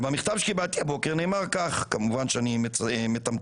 ובמכתב שקיבלתי הבוקר נאמר כך כמובן שאני מתמצת: